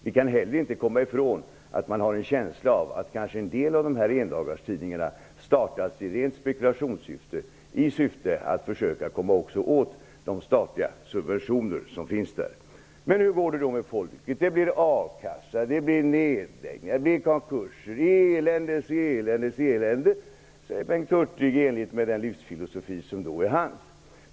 Vi kan heller inte komma ifrån känslan av att en del av endagarstidningarna kanske startades i rent spekulationssyfte för att försöka komma åt de statliga subventioner som finns. Hur går det då med folket? Det blir a-kassa, nedläggningar, konkurser -- eländes elände! Det menar Bengt Hurtig i enlighet med den livsfilosofi som är hans.